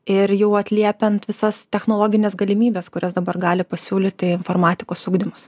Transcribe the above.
ir jau atliepiant visas technologines galimybes kurias dabar gali pasiūlyti informatikos ugdymas